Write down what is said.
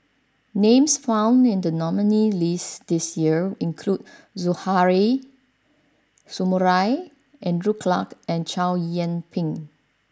names found in the nominees' list this year include Suzairhe Sumari Andrew Clarke and Chow Yian Ping